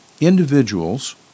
individuals